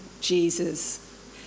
Jesus